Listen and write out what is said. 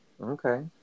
Okay